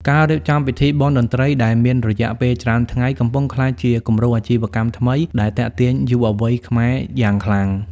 ការរៀបចំពិធីបុណ្យតន្ត្រី ដែលមានរយៈពេលច្រើនថ្ងៃ កំពុងក្លាយជាគំរូអាជីវកម្មថ្មីដែលទាក់ទាញយុវវ័យខ្មែរយ៉ាងខ្លាំង។